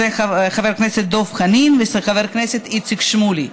חבר הכנסת דב חנין וחבר הכנסת איציק שמולי,